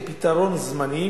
כפתרון זמני,